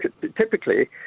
typically